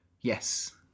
yes